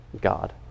God